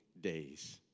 days